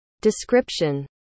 Description